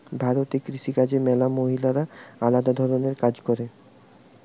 ভারতে কৃষি কাজে ম্যালা মহিলারা আলদা ধরণের কাজ করে